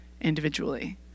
individually